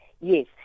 Yes